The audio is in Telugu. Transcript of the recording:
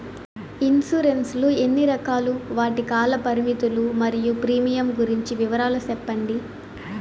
ఇన్సూరెన్సు లు ఎన్ని రకాలు? వాటి కాల పరిమితులు మరియు ప్రీమియం గురించి వివరాలు సెప్పండి?